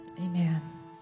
Amen